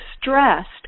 stressed